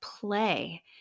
play